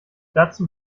dazu